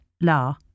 la